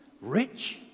rich